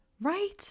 right